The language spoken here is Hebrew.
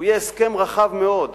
הוא יהיה הסכם רחב מאוד.